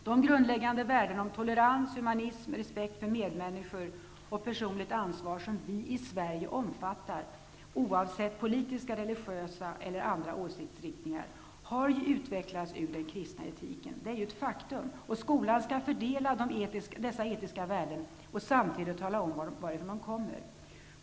De grundläggande värden om tolerans, humanism, respekt för medmänniskor och personligt ansvar som vi i Sverige omfattar oavsett politiska, religiösa eller andra åsiktsriktningar har ju utvecklats ur den kristna etiken. Detta är ju ett faktum, och skolan skall förmedla dessa etiska värden och samtidigt tala om varifrån de kommer.